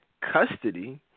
Custody